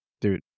Dude